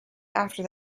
after